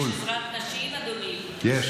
יש עזרת נשים, אדוני?